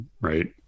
right